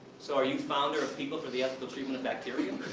so, are you founder of people for the ethical treatment of bacteria?